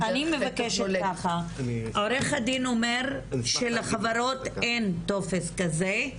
אני מבקשת ככה, עוה"ד אומר שלחברות, אין טופס כזה,